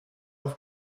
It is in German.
auf